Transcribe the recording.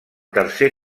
tercer